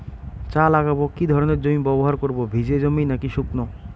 চা লাগাবো কি ধরনের জমি ব্যবহার করব ভিজে জমি নাকি শুকনো?